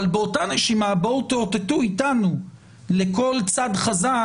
אבל באותה נשימה בואו תאותתו איתנו לכל צד חזק: